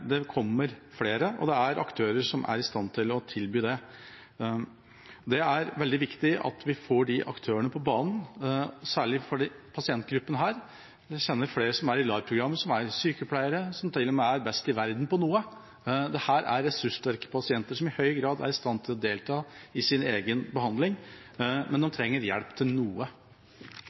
det kommer flere, og det er aktører som er i stand til å tilby det. Det er veldig viktig at vi får de aktørene på banen, særlig for disse pasientgruppene. Jeg kjenner flere som er i LAR-programmet som er sykepleiere, og som til og med er best i verden på noe. Dette er ressurssterke pasienter som i høy grad er i stand til å delta i sin egen behandling, men de trenger hjelp til noe.